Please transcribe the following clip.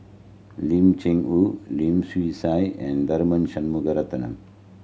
Lim Cheng Hoe Lim Swee Say and Tharman Shanmugaratnam